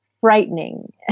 frightening